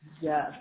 Yes